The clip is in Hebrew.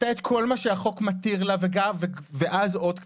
עשתה את כל מה שהחוק מתיר לה ואז עוד קצת,